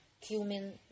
cumin